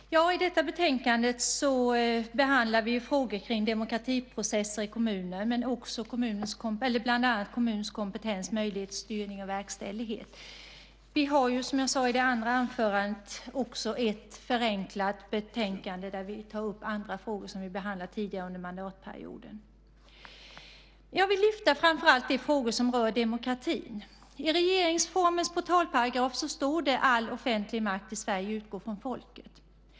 Herr talman! I detta betänkande behandlar vi frågor kring demokratiprocesser i kommuner och också bland annat kommuners kompetens, möjligheter, styrning och verkställighet. Som jag sade i det andra anförandet har vi också ett förenklat betänkande där vi tar upp andra frågor som vi behandlat tidigare under mandatperioden. Jag vill framför allt lyfta fram de frågor som rör demokratin. I regeringsformens portalparagraf står det att all offentlig makt i Sverige utgår från folket.